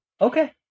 Okay